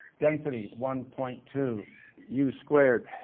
density, one point two u squared,